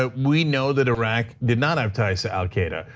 ah we know that iraq did not advertise to al-qaeda.